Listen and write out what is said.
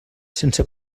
sense